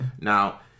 Now